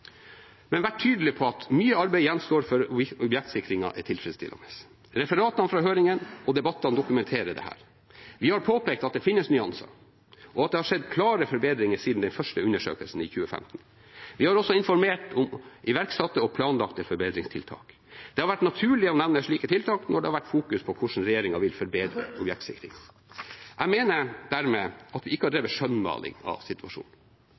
men vært tydelige på at mye arbeid gjenstår før objektsikringen er tilfredsstillende. Referatene fra høringen og debattene dokumenterer dette. Vi har påpekt at det finnes nyanser og at det har skjedd klare forbedringer siden den første undersøkelsen i 2015. Vi har også informert om iverksatte og planlagte forbedringstiltak. Det har vært naturlig å nevne slike tiltak når det har vært fokus på hvordan regjeringen vil forbedre objektsikringen. Jeg mener dermed at vi ikke har drevet skjønnmaling av situasjonen.